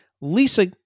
Lisa